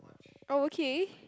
oh okay